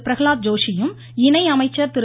பிரஹலாத் ஜோஷியும் இணை அமைச்சர் திரு